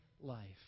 life